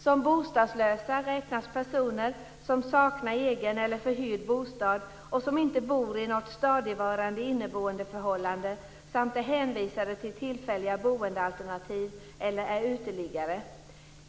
Som bostadslösa räknas personer som saknar egen eller förhyrd bostad och som inte bor i något stadigvarande inneboendeförhållande samt dem som är hänvisade till tillfälliga boendealternativ eller är uteliggare.